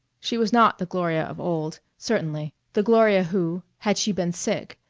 she was not the gloria of old, certainly the gloria who, had she been sick,